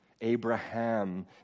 Abraham